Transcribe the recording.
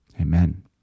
Amen